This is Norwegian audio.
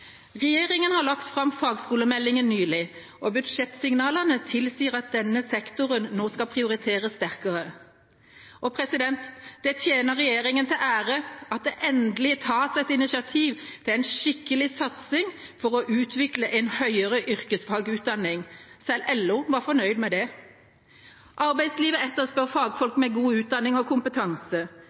Regjeringa har nylig lagt fram fagskolemeldinga, og budsjettsignalene tilsier at denne sektoren nå skal prioriteres sterkere. Det tjener regjeringa til ære at det endelig tas et initiativ til en skikkelig satsing for å utvikle en høyere yrkesfagutdanning. Selv LO var fornøyd med det. Arbeidslivet etterspør fagfolk med god utdanning og kompetanse.